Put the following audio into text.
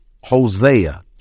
Hosea